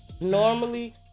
normally